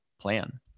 plan